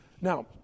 Now